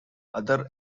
other